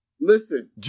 Listen